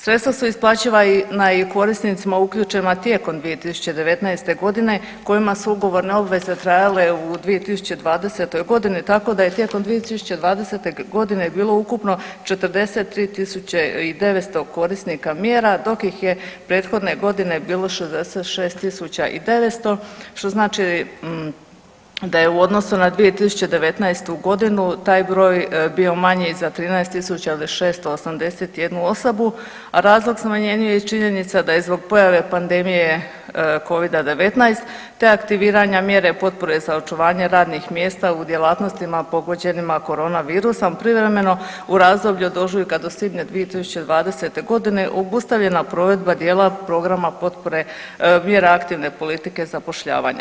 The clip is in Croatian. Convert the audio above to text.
Sredstva su isplaćivanja i korisnicima uključenim tijekom 2019. godine kojima su ugovorne obveze trajale u 2020. godini tako da je tijekom 2020. godine bilo ukupno 43.900 korisnika mjera dok ih je prethodne godine bilo 66.900 što znači da je u odnosu na 2019. godinu taj broj bio manji za 13.681 osobu, a razlog smanjenju je i činjenica da je zbog pojave pandemije Covida-19 te aktiviranja mjera potpore za očuvanje radnih mjesta u djelatnostima pogođenima korona virusom privremeno u razdoblju od ožujka do svibnja 2020. godine obustavljena provedba dijela programa potpore mjera aktivne politike zapošljavanja.